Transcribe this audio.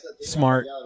smart